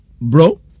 bro